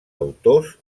autors